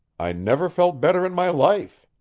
i never felt better in my life.